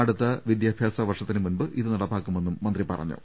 അടുത്ത വിദ്യാഭ്യാസ വർഷ ത്തിന് മുമ്പ് ഇതു നടപ്പാക്കുമെന്നും മന്ത്രി പറഞ്ഞു